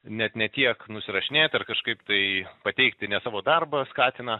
net ne tiek nusirašinėt ar kažkaip tai pateikti ne savo darbą skatina